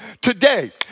Today